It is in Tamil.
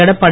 எடப்பாடி